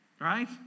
right